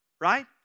right